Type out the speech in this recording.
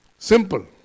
Simple